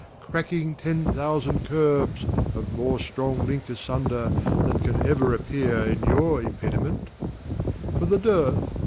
cracking ten thousand curbs of more strong link asunder than can ever appear in your impediment for the dearth,